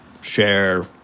share